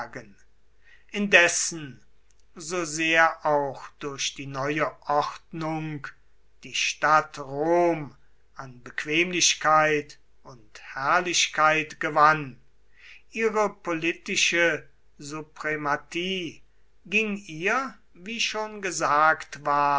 indessen so sehr auch durch die neue ordnung die stadt rom an bequemlichkeit und herrlichkeit gewann ihre politische suprematie ging ihr wie schon gesagt ward